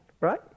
Right